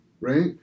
right